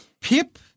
Pip